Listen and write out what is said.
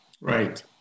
right